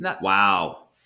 wow